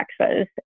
Texas